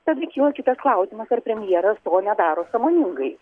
tad kyla kitas klausimas ar premjeras to nedaro sąmoningai